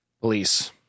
Police